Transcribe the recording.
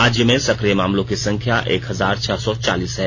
राज्य में सक्रिय मामलों की संख्या एक हजार छह सौ चालीस है